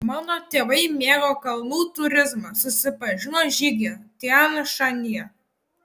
mano tėvai mėgo kalnų turizmą susipažino žygyje tian šanyje